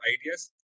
ideas